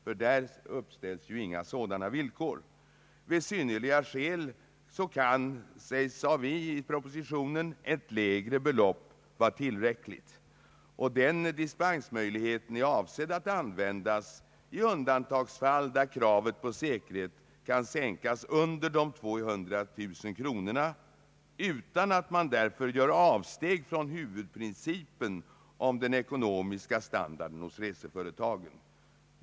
För resor inom Norden uppställs ju inga sådana villkor. Vid synnerliga skäl kan, sade vi i propositionen, ett lägre belopp vara tillräckligt. Den dispensmöjligheten är avsedd att tillämpas i undantagsfall, där kravet på säkerhet kan sänkas under de 200 000 kronorna utan att man därför gör avsteg från huvudprincipen om den ekonomiska standarden hos reseföretagen.